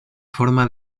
forma